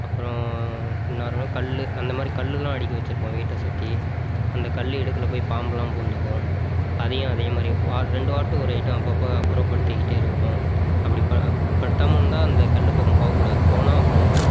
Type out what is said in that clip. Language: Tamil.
அப்புறம் இன்னொன்று கல் அந்த மாதிரி கல்லெலாம் அடுக்கி வச்சுருப்பாங்க வீட்டை சுற்றி அந்த கல் இடுக்கில் போய் பாம்பெலாம் பூந்துக்கும் அதையும் அதே மாதிரி வார ரெண்டு வாரத்துக்கு ஒரு ஐட்டம் அப்பப்போ அப்புறப்படுத்திகிட்டே இருக்கணும் அப்படி படுத்தாமல் இருந்தால் அந்த கல் பக்கம் போகக்கூடாது போனால் அப்புறம்